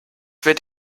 wird